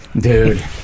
dude